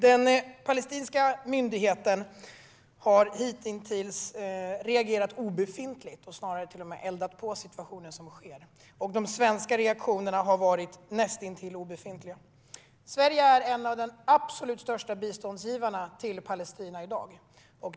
Den palestinska myndighetens reaktion har hitintills varit obefintlig. Man har snarare eldat på situationen och det som sker. Även de svenska reaktionerna har varit näst intill obefintliga. Sverige är i dag en av de absolut största biståndsgivarna till Palestina.